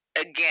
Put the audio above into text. again